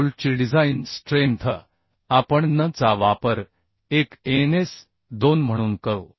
बोल्टचीडिझाइन strength आपण nn चा वापर 1 ns 2 म्हणून करू